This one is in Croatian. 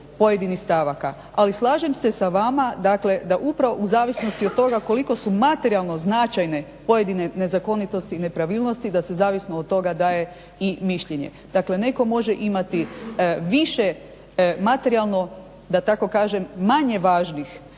pojedinih stavaka. Ali slažem se sa vama da upravo u zavisnosti od toga koliko su materijalno značajne pojedine nezakonitosti i nepravilnosti da se zavisno od toga daje i mišljenje. dakle netko može imati više materijalno da tako kažem manje važnih